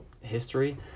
history